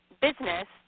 business